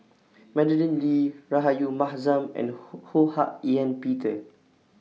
Madeleine Lee Rahayu Mahzam and Ho Ho Hak Ean Peter